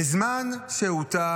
בזמן שהותה